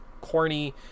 corny